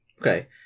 Okay